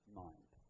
mind